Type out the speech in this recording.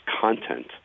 content